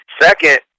Second